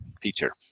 feature